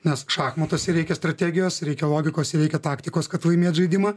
nes šachmatuose reikia strategijos reikia logikos ir reikia taktikos kad laimėt žaidimą